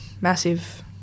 massive